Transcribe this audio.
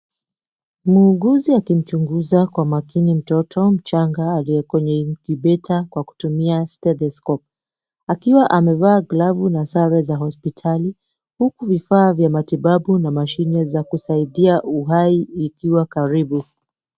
Muuguzi akimchunguza kwa makini mtoto mchanga aliye kwenye incubator kwa kutumia stethescope . Akiwa amevaa glavu na sare za hospitali huku vifaa vya matibabu na mashine za kusaidia uhai ikiwa karibu.